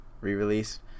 re-released